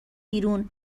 بیرون